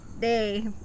day